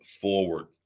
forward